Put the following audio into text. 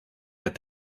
that